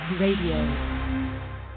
radio